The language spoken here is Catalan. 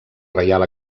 reial